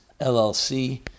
LLC